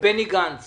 לבני גנץ